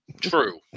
True